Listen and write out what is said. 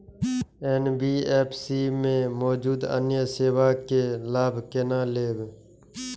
NBFC में मौजूद अन्य सेवा के लाभ केना लैब?